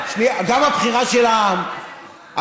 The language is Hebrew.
גם הבחירה של העם,